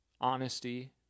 honesty